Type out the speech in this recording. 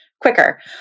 quicker